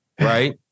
right